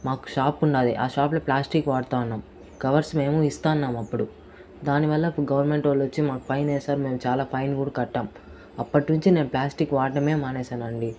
మాకు షాపు ఉన్నది ఆ షాప్ లో ప్లాస్టిక్ వాడుతూ ఉన్నాం కవర్స్ మేము ఇస్తున్నాం అప్పుడు దాని వల్ల ఒక గవర్నమెంట్ వాళ్ళు వచ్చి మాకు ఫైన్ వేశారు మేము చాలా ఫైన్ కూడా కట్టాం అప్పటినుంచి నేను ప్లాస్టిక్ వాడడమే మానేశానండి